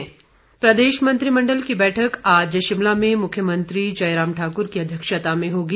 मंत्रिमण्डल प्रदेश मंत्रिमण्डल की बैठक आज शिमला में मुख्यमंत्री जयराम ठाक्र की अध्यक्षता में होगी